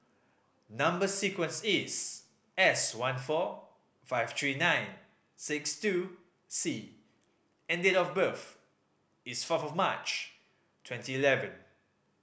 number sequence is S one four five three nine six two C and date of birth is fourth of March twenty eleven